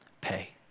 pay